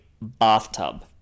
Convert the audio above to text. bathtub